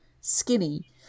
skinny